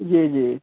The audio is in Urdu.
جی جی